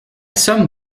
somme